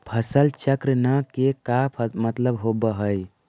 फसल चक्र न के का मतलब होब है?